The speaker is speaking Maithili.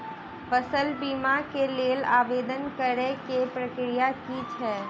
फसल बीमा केँ लेल आवेदन करै केँ प्रक्रिया की छै?